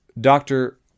doctor